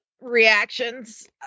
reactions